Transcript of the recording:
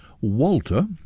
walter